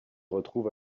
retrouve